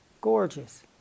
gorgeous